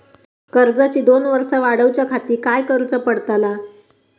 कर्जाची दोन वर्सा वाढवच्याखाती काय करुचा पडताला?